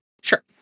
Sure